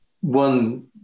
one